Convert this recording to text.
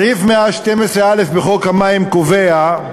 סעיף 112(א) בחוק המים קובע,